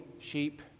sheep